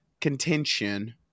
contention